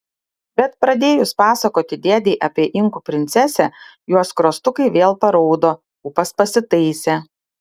bet pradėjus pasakoti dėdei apie inkų princesę jos skruostukai vėl paraudo ūpas pasitaisė